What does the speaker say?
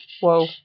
Whoa